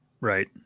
right